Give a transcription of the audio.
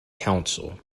council